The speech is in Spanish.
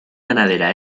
ganadera